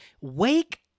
wake